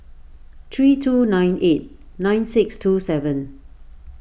three two nine eight nine six two seven